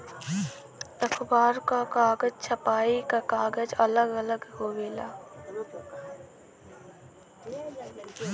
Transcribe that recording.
अखबार क कागज, छपाई क कागज अलग अलग होवेला